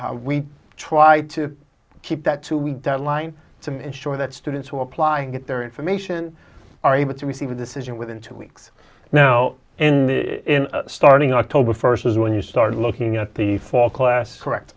everything we try to keep that to be deadline some ensure that students who apply and get their information are able to receive a decision within two weeks now in starting october first is when you start looking at the fall classes correct